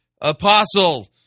Apostle